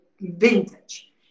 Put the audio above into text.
vintage